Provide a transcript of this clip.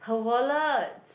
her wallet